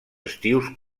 estius